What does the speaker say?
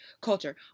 culture